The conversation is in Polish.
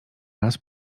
raz